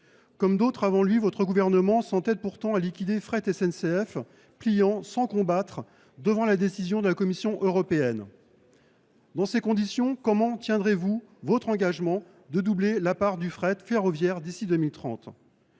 comme d’autres avant lui, votre gouvernement s’entête à liquider Fret SNCF, pliant sans combattre devant la décision de la Commission européenne. Dans ces conditions, comment tiendrez vous votre engagement de doubler la part du fret ferroviaire d’ici à 2030 ?